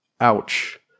Ouch